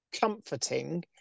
comforting